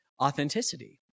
authenticity